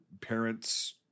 parents